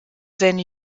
seine